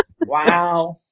Wow